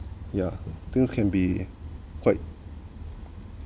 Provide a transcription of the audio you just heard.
ya think can be quite